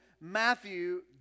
Matthew